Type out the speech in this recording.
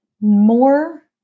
more